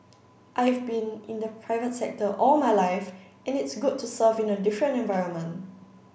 I've been in the private sector all my life and it's good to serve in a different environment